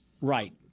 Right